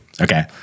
Okay